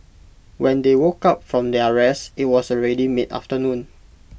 when they woke up from their rest IT was already mid afternoon